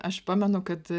aš pamenu kad